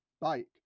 bike